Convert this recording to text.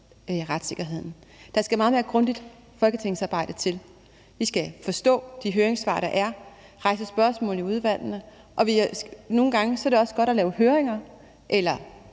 retssikkerheden. Der skal et meget mere grundigt folketingsarbejde til. Vi skal forstå de høringssvar, der er, rejse spørgsmål i udvalgene, og nogle gange er det også godt at lave høringer eller